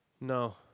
No